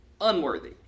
unworthy